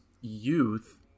youth